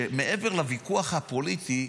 מעבר לוויכוח הפוליטי,